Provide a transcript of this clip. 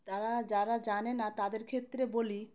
তারা যারা জানে না তাদের ক্ষেত্রে বলি